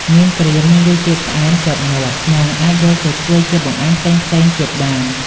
មៀនក្រៀមមានរសជាតិផ្អែមជាប់មាត់ និងអាចយកទៅធ្វើជាបង្អែមផ្សេងៗទៀតបាន។